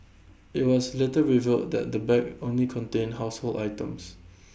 IT was later revealed that the bag only contained household items